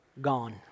Gone